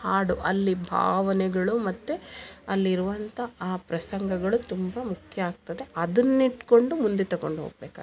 ಹಾಡು ಅಲ್ಲಿ ಭಾವನೆಗಳು ಮತ್ತು ಅಲ್ಲಿರುವಂಥಾ ಆ ಪ್ರಸಂಗಗಳು ತುಂಬಾ ಮುಖ್ಯ ಆಗ್ತದೆ ಅದನ್ನಿಟ್ಕೊಂಡು ಮುಂದೆ ತಗೊಂಡ್ಹೋಗ್ಬೇಕಾಗತ್ತೆ